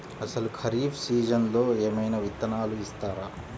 అసలు ఖరీఫ్ సీజన్లో ఏమయినా విత్తనాలు ఇస్తారా?